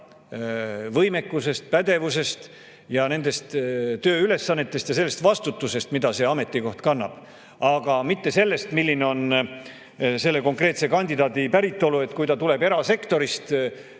võimekusest, pädevusest, tööülesannetest ja sellest vastutusest, mida see ametikoht kannab, aga mitte sellest, milline on konkreetse kandidaadi päritolu, et kui ta tuleb erasektorist,